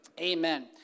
Amen